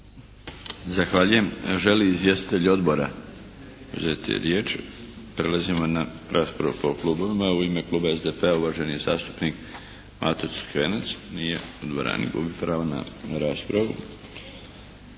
Zahvaljujem. Žele li izvjestitelji odbora uzeti riječ? Prelazimo na raspravu po klubovima. U ime kluba SDP-a, uvaženi zastupnik Mato Crkvenac. Nije u dvorani. Gubi pravo na raspravu.